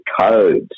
codes